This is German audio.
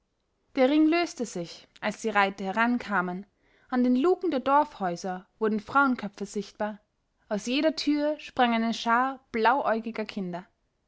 der ring löste sich als die reiter herankamen an den luken der dorfhäuser wurden frauenköpfe sichtbar aus jeder tür sprang eine schar blauäugiger kinder